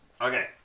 Okay